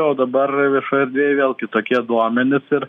o dabar viešoj erdvėj vėl kitokie duomenys ir